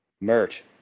Mert